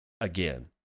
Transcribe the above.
Again